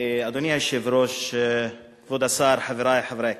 אדוני היושב-ראש, כבוד השר, חברי חברי הכנסת,